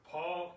Paul